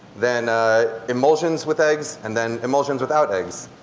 then emulsions with eggs, and then emulsions without eggs.